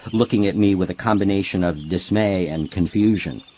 looking at me with a combination of dismay and confusion.